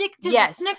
Yes